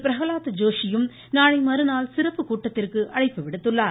பிரஹலாத் ஜோஷியும் நாளைமறுநாள் சிறப்பு கூட்டத்திற்கு அழைப்பு விடுத்துள்ளார்